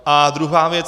A druhá věc.